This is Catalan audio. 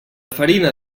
farina